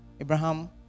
Abraham